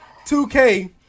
2k